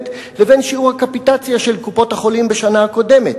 לבין שיעור הקפיטציה של קופת-החולים בשנה הקודמת,